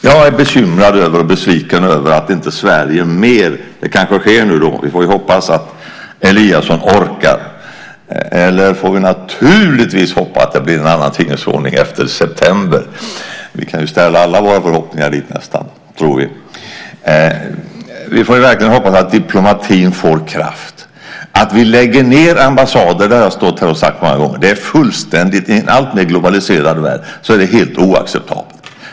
Här är jag bekymrad och besviken över att Sverige inte gör mer. Det kanske sker nu; vi får väl hoppas att Eliasson orkar. Eller så får vi naturligtvis hoppas att det blir en annan tingens ordning efter september. Vi kan ställa nästan alla våra förhoppningar dit, tror vi. Vi får verkligen hoppas att diplomatin får kraft. Att vi lägger ned ambassader i en alltmer globaliserad värld - det har jag många gånger stått här och sagt - är helt oacceptabelt.